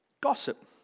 Gossip